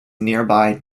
nearby